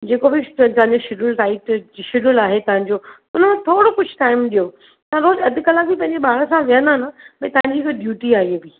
जेको बि तव्हां जो शड्यूल टाइट शड्यूल आहे तव्हांजो उन मां थोरो कुझु टाइम ॾियो तव्हां रोज़ु अधु कलाकु बि पंहिंजे ॿार सां वेहंदा न भई तव्हांजी हिकु ड्यूटी आहे इहा बि